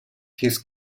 his